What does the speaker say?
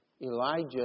Elijah